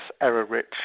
error-rich